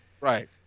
right